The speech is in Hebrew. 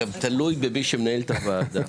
זה גם תלוי במי שמנהל את הוועדה.